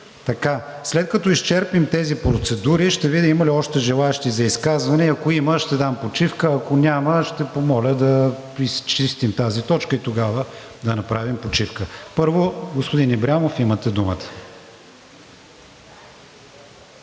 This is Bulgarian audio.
След като изчерпим тези процедури, ще видя има ли още желаещи за изказване и ако има, ще дам почивка, а ако няма, ще помоля да изчистим тази точка и тогава да направим почивка. Първо, господин Ибрямов, имате думата.